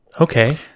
okay